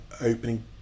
opening